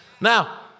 Now